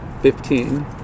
Fifteen